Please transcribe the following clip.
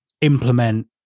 implement